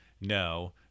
No